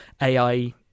AI